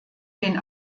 den